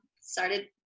started